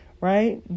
Right